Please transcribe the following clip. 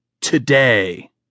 Today